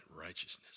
righteousness